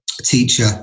teacher